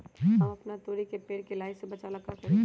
हम अपना तोरी के पेड़ के लाही से बचाव ला का करी?